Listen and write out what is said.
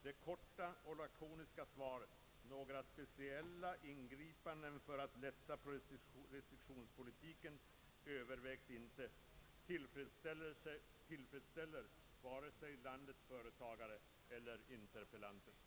Det korta och lakoniska svaret ”Några speciella ingripanden i syfte att lätta på restriktionspolitiken övervägs inte” tillfredsställer varken landets företagare eller interpellanten.